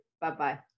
Bye-bye